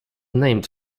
named